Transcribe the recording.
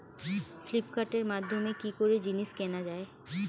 ফ্লিপকার্টের মাধ্যমে কি করে জিনিস কেনা যায়?